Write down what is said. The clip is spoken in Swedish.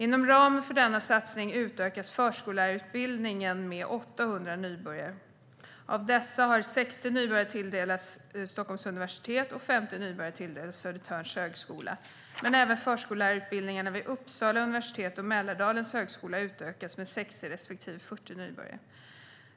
Inom ramen för denna satsning utökas förskollärarutbildningen med 800 nybörjare. Av dessa har 60 nybörjare tilldelats Stockholms universitet och 50 nybörjare tilldelats Södertörns högskola. Även förskollärarutbildningarna vid Uppsala universitet och Mälardalens högskola utökas med 60 respektive 40 nybörjare.